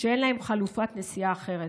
שאין להם חלופת נסיעה אחרת,